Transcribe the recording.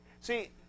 See